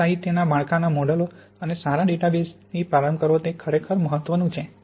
સારા સાહિત્ય માળખાના મોડેલો અને સારા ડેટાબેસથી પ્રારંભ કરવો તે ખરેખર મહત્વનું છે